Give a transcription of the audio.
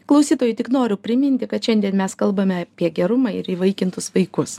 klausytojui tik noriu priminti kad šiandien mes kalbame apie gerumą ir įvaikintus vaikus